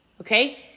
Okay